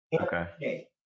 Okay